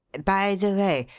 by the way,